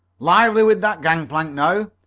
lively with that gangplank now!